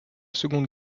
seconde